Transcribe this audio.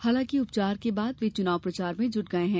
हालांकि उपचार के बाद वे चुनाव प्रचार में जुट गये हैं